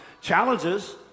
challenges